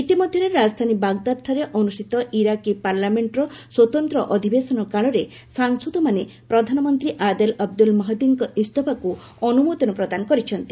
ଇତିମଧ୍ୟରେ ରାଜଧାନୀ ବାଗ୍ଦାଦଠାରେ ଅନୁଷ୍ଠିତ ଇରାକୀ ପାର୍ଲାମେଣ୍ଟର ସ୍ୱତନ୍ତ୍ର ଅଧିବେଶନ କାଳରେ ବିଧାୟକମାନେ ପ୍ରଧାନମନ୍ତ୍ରୀ ଆଦେଲ ଅବଦ୍ରଲ ମହଦୀଙ୍କ ଇସ୍ତଫାକ୍ ଅନ୍ଦ୍ରମୋଦନ ପ୍ରଦାନ କରିଛନ୍ତି